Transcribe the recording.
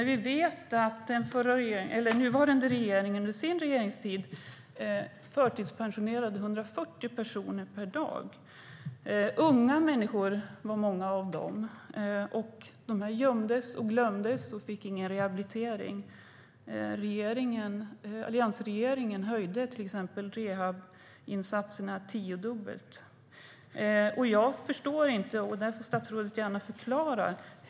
Vi vet ju att de som nu sitter i regering förtidspensionerade 140 personer per dag under tidigare regeringsinnehav. Många av de förtidspensionerade var unga människor, och de gömdes, glömdes och fick ingen rehabilitering. Alliansregeringen höjde till exempel rehabiliteringsinsatserna tiodubbelt. Jag förstår inte, och statsrådet får gärna förklara.